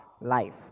life